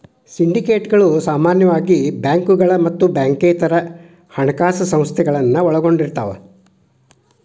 ಸಿಂಡಿಕೇಟ್ಗಳ ಸಾಮಾನ್ಯವಾಗಿ ಬ್ಯಾಂಕುಗಳ ಮತ್ತ ಬ್ಯಾಂಕೇತರ ಹಣಕಾಸ ಸಂಸ್ಥೆಗಳನ್ನ ಒಳಗೊಂಡಿರ್ತವ